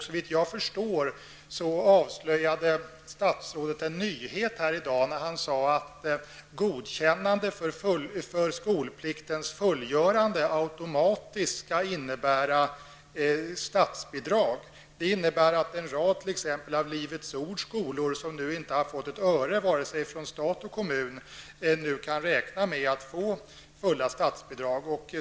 Såvitt jag förstår avslöjade statsrådet en nyhet här i dag när han sade att godkännande för skolpliktens fullgörande automatiskt skall innebära statsbidrag. Det innebär t.ex. att en rad av Livets ords skolor som nu inte har fått ett öre vare sig från stat eller kommun nu kan räkna med att få fullt statsbidrag.